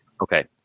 Okay